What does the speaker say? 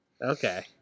Okay